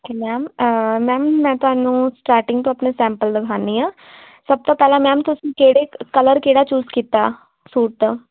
okay ma'am ma'am ਮੈਂ ਤੁਹਾਨੂੰ starting ਤੋਂ ਆਪਣੇ ਸੈਂਪਲ ਦਿਖਾਉਂਦੀ ਹਾਂ ਸਭ ਤੋਂ ਪਹਿਲਾਂ ਮੈਮ ਤੁਸੀਂ ਕਿਹੜੇ ਕਲਰ ਕਿਹੜਾ ਚੂਜ਼ ਕੀਤਾ ਸੂਟ ਦਾ